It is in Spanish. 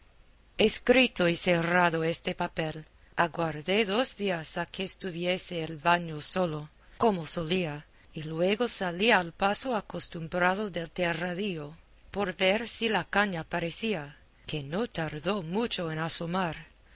escrito y cerrado este papel aguardé dos días a que estuviese el baño solo como solía y luego salí al paso acostumbrado del terradillo por ver si la caña parecía que no tardó mucho en asomar